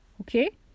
okay